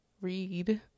read